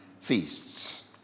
feasts